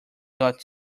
got